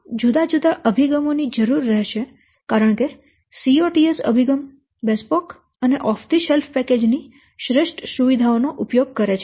આમ જુદા જુદા અભિગમો ની જરૂર રહેશે કારણ કે COTS અભિગમ બેસ્પોક અને ઑફ થી શેલ્ફ પેકેજ ની શ્રેષ્ઠ સુવિધાઓનો ઉપયોગ કરે છે